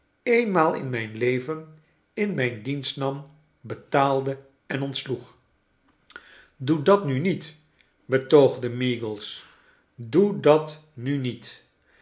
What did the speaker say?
eenmaal in mijn leven in mijn dienst nam betaalde en ontsloeg i doe dat nu niet betoogde meagles doe dat nu niet